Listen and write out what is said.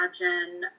imagine